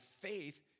faith